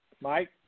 Mike